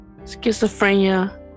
Schizophrenia